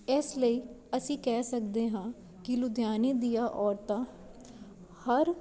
ਇਸ ਲਈ ਅਸੀਂ ਕਹਿ ਸਕਦੇ ਹਾਂ ਕਿ ਲੁਧਿਆਣੇ ਦੀਆਂ ਔਰਤਾਂ ਹਰ